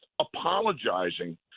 apologizing